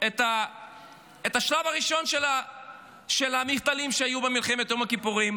את השלב הראשון של המחדלים שהיו במלחמת יום הכיפורים.